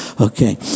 Okay